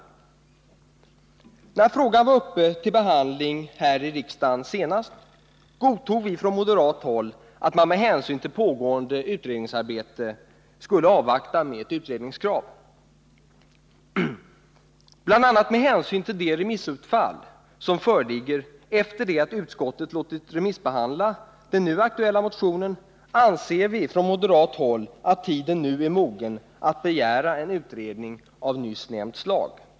När frågan senast var uppe till behandling här i riksdagen godtog vi från moderat håll att man med hänsyn till pågående utredningsarbete skulle avvakta med ett utredningskrav. Bl. a. med hänsyn till det remissutfall som föreligger efter det att utskottet låtit remissbehandla den nu aktuella motionen anser vi från moderat håll att tiden nu är mogen att begära en utredning av nyss nämnt slag.